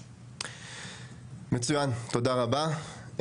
מצוין, תודה רבה.